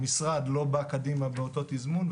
המשרד לא בא קדימה באותו תזמון,